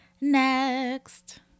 Next